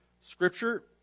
Scripture